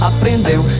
Aprendeu